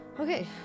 Okay